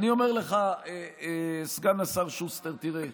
אני אומר לך, סגן השר שוסטר, תראה,